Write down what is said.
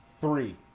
three